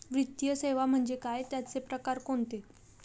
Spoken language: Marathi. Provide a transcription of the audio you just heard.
वित्तीय सेवा म्हणजे काय? त्यांचे प्रकार कोणते?